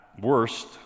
worst